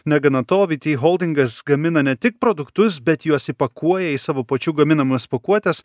negana to vyty holdingas gamina ne tik produktus bet juos įpakuoja į savo pačių gaminamas pakuotes